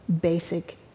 basic